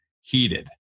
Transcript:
heated